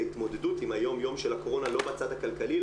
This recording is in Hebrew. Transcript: להתמודדות עם היום יום של הקורונה לא בצד הכלכלי,